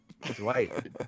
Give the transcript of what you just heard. Dwight